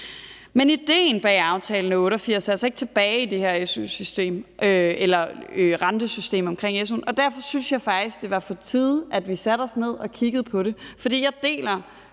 selv. Idéen bag aftalen fra 1988 er altså ikke tilbage i det her rentesystem omkring su'en, og derfor synes jeg faktisk, at det var på tide, at vi satte os ned og kiggede på det. For jeg deler